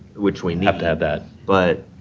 which we need. have to have that, but